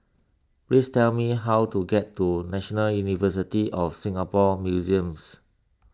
please tell me how to get to National University of Singapore Museums